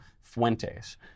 Fuentes